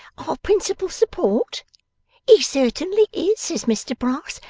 our principal support he certainly is, says mr brass,